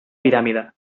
piràmide